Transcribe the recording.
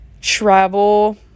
travel